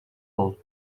all